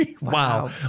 Wow